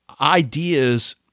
ideas